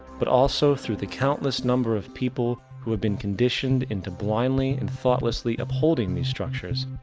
but also throught the countless number of people who have been conditioned into blindly and thoughtlessly upholding these structures,